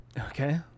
okay